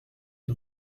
une